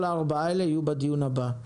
כל הארבעה האלה יהיו בדיון הבא.